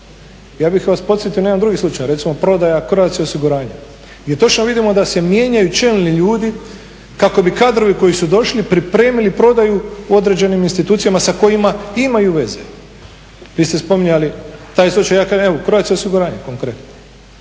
ja bih vas podsjetio na jedan drugi slučaj. Recimo prodaja Croatia osiguranja gdje točno vidimo da se mijenjaju čelni ljudi kako bi kadrovi koji su došli pripremili prodaju u određenim institucijama sa kojima imaju veze. Vi ste spominjali taj slučaj, ja kažem evo Croatia osiguranje konkretno.